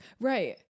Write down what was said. Right